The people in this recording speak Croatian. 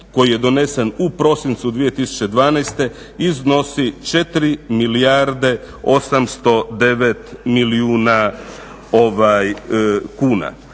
koji je donesen u prosincu 2012. iznosi 4 milijarde 809 milijuna kuna.